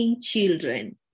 children